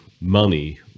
money